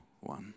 one